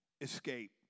escape